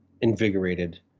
invigorated